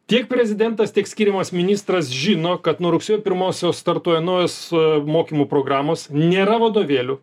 tiek prezidentas tik skiriamas ministras žino kad nuo rugsėjo pirmosios startuoja naujos a mokymo programos nėra vadovėlių